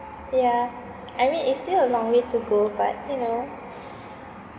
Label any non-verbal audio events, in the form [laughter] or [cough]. ya [noise] I mean it's still a long way to go but you know